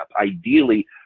ideally